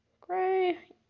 gray